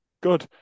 Good